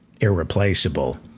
irreplaceable